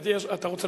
אבל עלי צעקו,